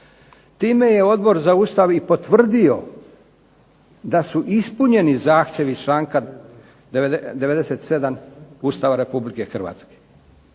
Time je Odbor za Ustav i potvrdio da su ispunjeni zahtjevi iz članka 97. Ustava Republike Hrvatske